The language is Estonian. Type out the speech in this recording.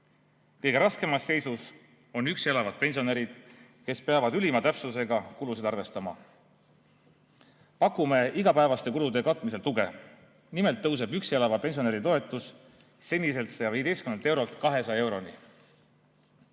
Kõige raskemas seisus on üksi elavad pensionärid, kes peavad ülima täpsusega kulusid arvestama. Pakume neile igapäevaste kulude katmisel tuge. Nimelt tõuseb üksi elava pensionäri toetus seniselt 115 eurolt 200 eurole.